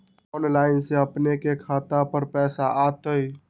Online से अपने के खाता पर पैसा आ तई?